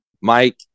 Mike